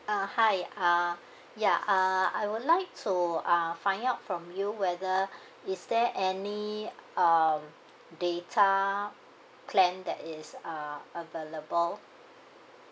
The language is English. uh hi uh ya uh I would like to uh find out from you whether is there any um data plan that is uh available